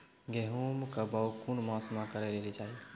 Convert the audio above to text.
गेहूँमक बौग कून मांस मअ करै लेली चाही?